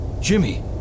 Jimmy